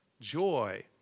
joy